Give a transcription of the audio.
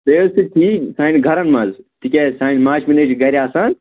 تہِ حظ چھُ ٹھیٖک سانہِ گَرَن منٛز تِکیٛازِ سانہِ ماجہِ بیٚنہِ حظ چھِ گَرِ آسان